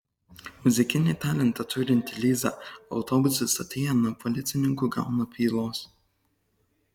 muzikinį talentą turinti liza autobusų stotyje nuo policininkų gauna pylos